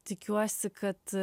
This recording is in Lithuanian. tikiuosi kad